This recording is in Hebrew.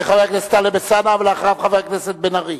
חבר הכנסת טלב אלסאנע, ואחריו, חבר הכנסת בן-ארי,